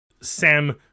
Sam